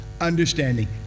understanding